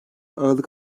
aralık